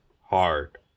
hard